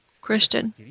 Christian